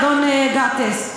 אדון גטאס.